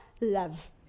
Love